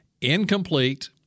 incomplete